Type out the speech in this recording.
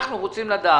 אנחנו רוצים לדעת